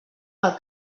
pel